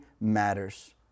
matters